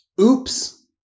Oops